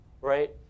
right